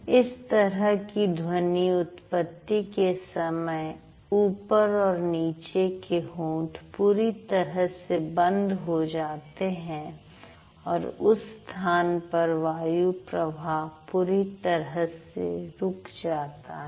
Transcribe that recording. इस तरह की ध्वनि उत्पत्ति के समय ऊपर और नीचे के होंठ पूरी तरह से बंद हो जाते हैं और उस स्थान पर वायु प्रवाह पूरी तरह से रुक जाता है